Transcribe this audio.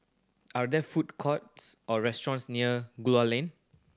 are there food courts or restaurants near Gul Lane